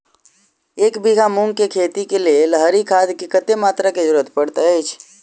एक बीघा मूंग केँ खेती केँ लेल हरी खाद केँ कत्ते मात्रा केँ जरूरत पड़तै अछि?